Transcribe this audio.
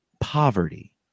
poverty